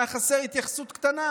הייתה חסרה התייחסות קטנה,